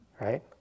right